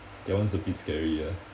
that one's a bit scary ah